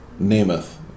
Namath